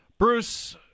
Bruce